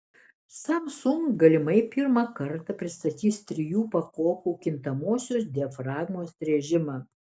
samsung galimai pirmą kartą pristatys trijų pakopų kintamosios diafragmos rėžimą